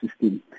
system